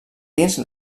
dins